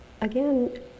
again